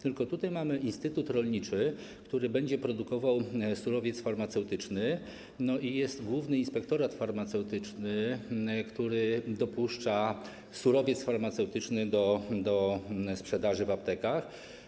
Tylko tutaj mamy instytut rolniczy, który będzie produkował surowiec farmaceutyczny, i Główny Inspektorat Farmaceutyczny, który dopuszcza surowiec farmaceutyczny do sprzedaży w aptekach.